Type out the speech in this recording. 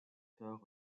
tard